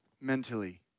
Mentally